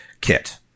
kit